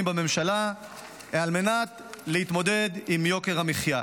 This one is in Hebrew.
בממשלה על מנת להתמודד עם יוקר המחיה.